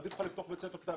עדיף לך לפתוח בית ספר קטן.